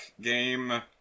game